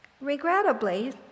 Regrettably